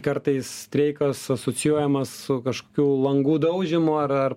kartais streikas asocijuojamas su kažkokiu langų daužymu ar ar